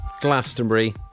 Glastonbury